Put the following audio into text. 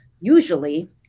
usually